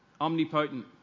Omnipotent